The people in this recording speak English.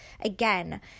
again